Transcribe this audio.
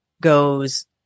goes